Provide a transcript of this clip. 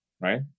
right